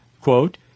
quote